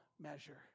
measure